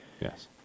Yes